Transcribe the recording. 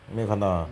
没有看到 ah